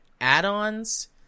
add-ons